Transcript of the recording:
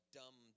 dumb